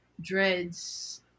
dreads